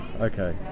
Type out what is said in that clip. okay